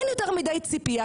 אין יותר מדי ציפייה,